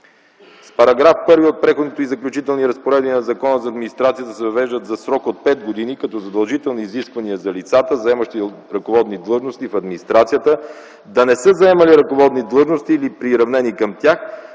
Параграф 1 от Преходните и заключителните разпоредби на Закона за администрацията въвежда за срок от 5 години задължителни изисквания за лицата, заемащи ръководни длъжности в администрацията, да не са заемали ръководни длъжности или приравнени към тях